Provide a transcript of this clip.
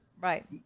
right